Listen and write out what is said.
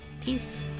Peace